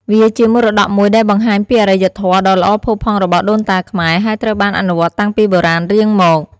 វាជាមរតកមួយដែលបង្ហាញពីអរិយធម៌ដ៏ល្អផូរផង់របស់ដូនតាខ្មែរ ហើយត្រូវបានអនុវត្តតាំងពីបុរាណរៀងមក។